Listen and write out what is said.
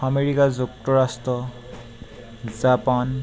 America যুক্তৰাষ্ট্ৰ Japan